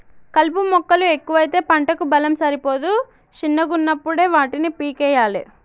కలుపు మొక్కలు ఎక్కువైతే పంటకు బలం సరిపోదు శిన్నగున్నపుడే వాటిని పీకేయ్యలే